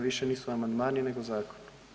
Više nisu amandmani nego zakon.